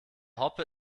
hoppe